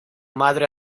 madre